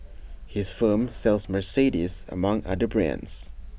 his firm sells Mercedes among other brands